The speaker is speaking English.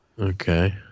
Okay